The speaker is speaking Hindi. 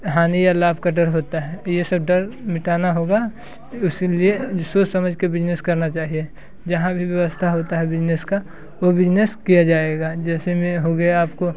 हानि या लाभ का डर होता है ये सब डर मिटाना होगा उसी लिए सोच समझ के बिजनेस करना चाहिए जहाँ भी व्यवस्था होता है बिजनेस का वो बिजनेस किया जाएगा जैसे मैं हो गया आपको